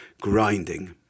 grinding